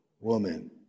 woman